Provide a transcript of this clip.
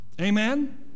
Amen